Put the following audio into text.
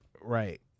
Right